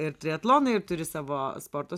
ir triatloną ir turi savo sporto